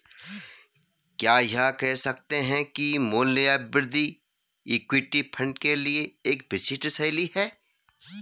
क्या यह कह सकते हैं कि मूल्य या वृद्धि इक्विटी फंड के लिए एक विशिष्ट शैली है?